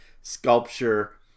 sculpture